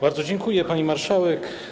Bardzo dziękuję, pani marszałek.